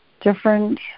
different